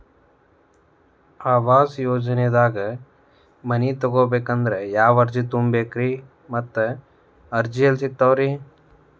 ಆವಾಸ ಯೋಜನೆದಾಗ ಮನಿ ತೊಗೋಬೇಕಂದ್ರ ಯಾವ ಅರ್ಜಿ ತುಂಬೇಕ್ರಿ ಮತ್ತ ಅರ್ಜಿ ಎಲ್ಲಿ ಸಿಗತಾವ್ರಿ?